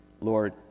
Lord